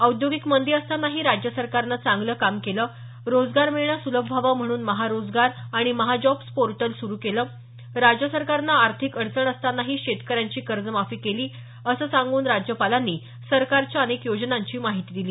औद्योगिक मंदी असतानाही राज्य सरकारनं चांगलं काम केलं रोजगार मिळणं सुलभ व्हावं म्हणून महारोजगार आणि महाजॉब्ज पोर्टल सुरु केलं राज्य सरकारनं आर्थिक अडचण असतानाही शेतकऱ्यांची कर्जमाफी केली असं सांगून राज्यपालांनी सरकारच्या अनेक योजनांची माहिती दिली